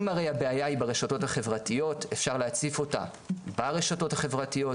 אם הרי הבעיה היא ברשתות החברתיות אפשר להציף אותה ברשתות החברתיות,